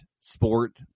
sport